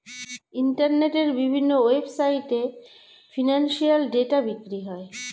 ইন্টারনেটের বিভিন্ন ওয়েবসাইটে এ ফিনান্সিয়াল ডেটা বিক্রি করে